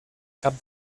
cap